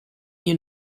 you